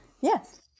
yes